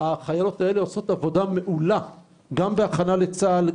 החיילות הללו עושות עבודה מעולה בהכנה לצה"ל,